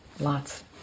Lots